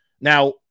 Now